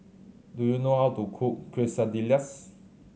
do you know how to cook Quesadillas